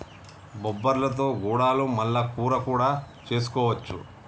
బొబ్బర్లతో గుడాలు మల్ల కూర కూడా చేసుకోవచ్చు